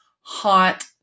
hot